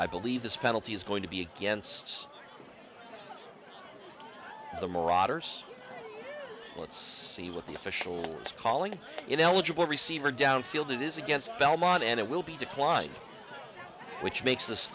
i believe this penalty is going to be against the marauders let's see what the officials calling it eligible receiver downfield it is against belmont and it will be declined which makes this